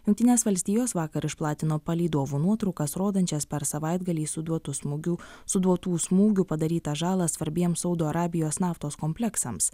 jungtinės valstijos vakar išplatino palydovų nuotraukas rodančias per savaitgalį suduotų smūgių suduotų smūgių padarytą žalą svarbiems saudo arabijos naftos kompleksams